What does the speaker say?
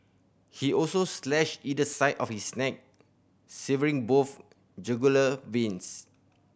he also slashed either side of his neck severing both jugular veins